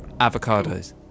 avocados